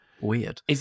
weird